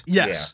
yes